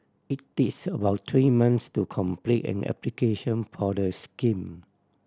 it takes about three months to complete an application for the scheme